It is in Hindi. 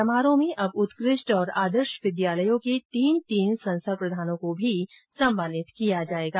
समारोह में अब उत्कृष्ट और आदर्श विद्यालयों के तीन तीन संस्था प्रधानों को भी सम्मानित किया जाएगा